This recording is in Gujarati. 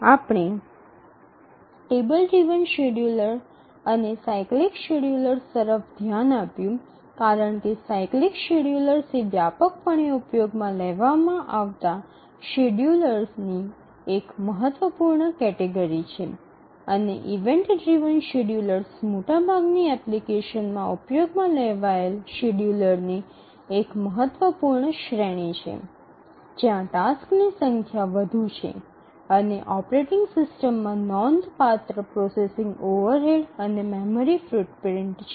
આપણે ટેબલ ડ્રિવન શેડ્યૂલર અને સાયક્લિક શેડ્યૂલર્સ તરફ ધ્યાન આપ્યું કારણ કે સાયક્લિક શેડ્યૂલર્સ એ વ્યાપકપણે ઉપયોગમાં લેવામાં આવતા શેડ્યુલરની એક મહત્વપૂર્ણ કેટેગરી છે અને ઇવેન્ટ ડ્રિવન શેડ્યૂલર્સ મોટા ભાગની એપ્લિકેશન્સમાં ઉપયોગમાં લેવાયેલ શેડ્યુલરની એક મહત્વપૂર્ણ શ્રેણી છે જ્યાં ટાસક્સની સંખ્યા વધુ છે અને ઓપરેટિંગ સિસ્ટમમાં નોંધપાત્ર પ્રોસેસિંગ ઓવરહેડ અને મેમરી ફૂટપ્રિન્ટ છે